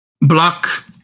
Block